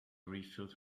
refilled